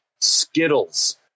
Skittles